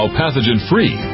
pathogen-free